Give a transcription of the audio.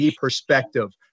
perspective